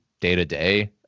day-to-day